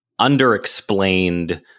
underexplained